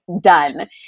done